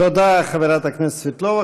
תודה, חברת הכנסת סבטלובה.